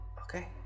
Okay